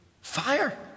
fire